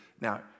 Now